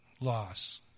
loss